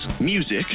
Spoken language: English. music